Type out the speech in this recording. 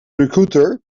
recruiter